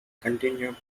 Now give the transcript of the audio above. continued